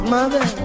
Mother